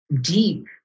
deep